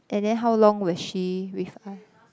and then how long was she with us